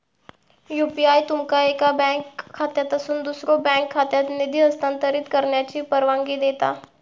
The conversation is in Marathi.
यू.पी.आय तुमका एका बँक खात्यातसून दुसऱ्यो बँक खात्यात निधी हस्तांतरित करण्याची परवानगी देता